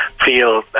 feel